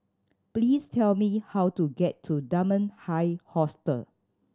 please tell me how to get to Dunman High Hostel